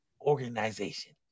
organization